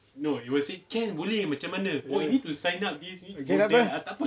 okay tak apa